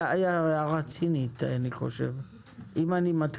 אתם רוצים